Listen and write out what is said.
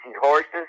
horses